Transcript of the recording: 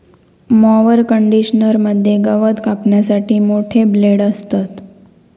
mower conditioner मध्ये गवत कापण्यासाठी मोठे ब्लेड असतत